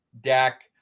dak